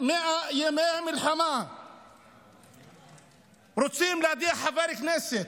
100 ימי מלחמה רוצים להדיח חבר כנסת,